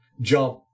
jump